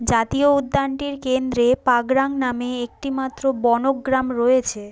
জাতীয় উদ্যানটির কেন্দ্রে পাগরাং নামে একটি মাত্র বনগ্রাম রয়েছে